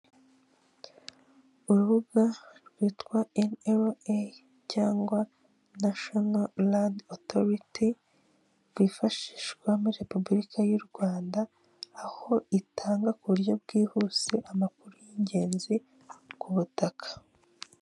Urubuga rwitwa eni ero eyi cyangwa nashono landi otoriti, rwifashishwa muri repubulika y'u Rwanda, aho itanga ku buryo bwihuse amakuru y'ingenzi ku butaka.